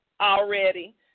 already